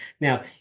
Now